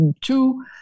two